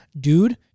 Dude